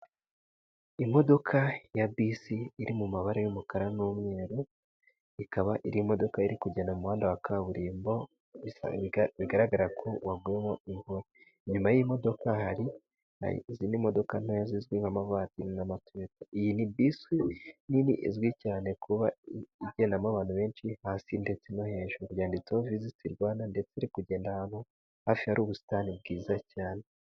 Imodoka ya bisi iri mu mabara y'umukara n'umweru ikaba ari imodoka yari kugenda muhanda wa kaburimbo, bigaragara ko waguyemo imvura, inyuma y'iyi modoka hari izindi modoka ntoya zizwi nk'amavuwatiri n'amatoyota. Iyi ni bisi nini izwi cyane kuba igendamo abantu benshi hasi ndetse no hejuru, yanditseho viziti Rwanda ndetse iri kugenda ahantu hafi hari ubusitani bwiza cyane.